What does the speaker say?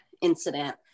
incident